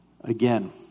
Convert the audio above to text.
Again